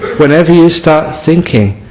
whenever you start thinking,